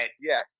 Yes